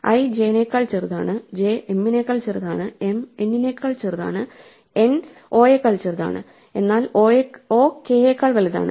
i j നെക്കാൾ ചെറുതാണ് j m നെക്കാൾ ചെറുതാണ് m n നേക്കാൾ ചെറുതാണ് no നെക്കാൾ ചെറുതാണ് എന്നാൽ o k യെക്കാൾ വലുതാണ്